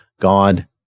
God